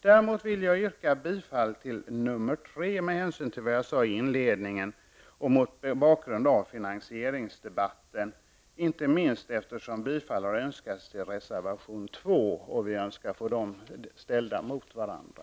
Däremot vill jag yrka bifall till reservation 3 med hänvisning till vad jag sade i inledningen och mot bakgrund av finansieringsdebatten, inte minst eftersom bifall har yrkats till reservation 2 och vi önskar få de båda reservationerna ställda mot varandra.